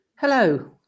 Hello